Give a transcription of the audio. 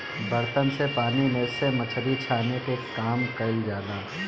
बर्तन से पानी में से मछरी छाने के काम कईल जाला